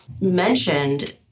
mentioned